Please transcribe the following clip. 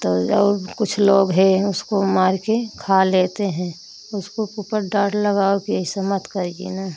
तो और भी कुछ लोग हैं उसको मारकर खा लेते हैं उसको को ऊपर डाँट लगाओ कि ऐसा मत करिए ना